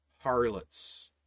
harlots